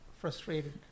frustrated